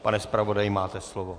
Pane zpravodaji, máte slovo.